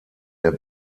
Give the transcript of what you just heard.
der